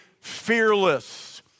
fearless